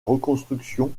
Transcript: reconstruction